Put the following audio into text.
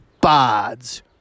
Bod's